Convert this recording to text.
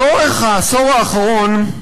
לאורך העשור האחרון,